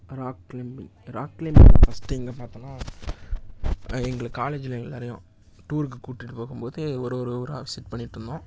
rock climbing rock climbing நான் first எங்கே பார்த்தன்னா எங்களை காலேஜில் எல்லாரையும் டூருக்கு கூட்டிட்டு போகும்போது ஒரு ஒரு ஒரு ஊராக விசிட் பண்ணிட்டுருந்தோம்